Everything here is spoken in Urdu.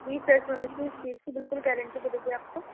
جی سر سمجھیے اس چیز کی بالکل گارنٹی ملے گی آپ کو